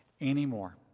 anymore